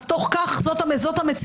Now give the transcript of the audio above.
אז תוך כך זאת המציאות,